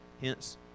hence